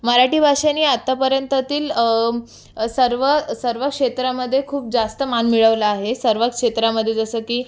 मराठी भाषेने आतापर्यंत तील सर्व सर्व क्षेत्रामध्ये खूप जास्त मान मिळवला आहे सर्वच क्षेत्रामध्ये जसं की